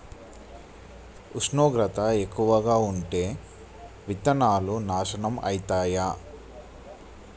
ఉష్ణోగ్రత ఎక్కువగా ఉంటే విత్తనాలు నాశనం ఐతయా?